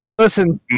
listen